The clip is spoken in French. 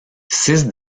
six